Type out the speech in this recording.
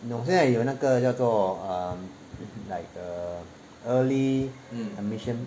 你懂现在有那个叫做 um like err early admission